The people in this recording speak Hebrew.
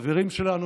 חברים שלנו,